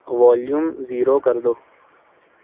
volume zero کر دو